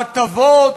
הטבות,